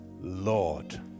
Lord